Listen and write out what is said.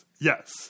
Yes